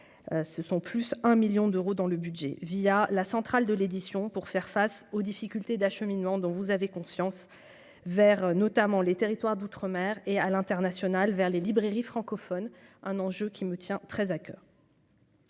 ce sont plus 1 1000000 d'euros dans le budget, via la centrale de l'édition, pour faire face aux difficultés d'acheminement dont vous avez conscience vers notamment les territoires d'outre-mer et à l'international vers les librairies francophones, un enjeu qui me tient très à coeur.